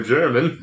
German